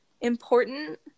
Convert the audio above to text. important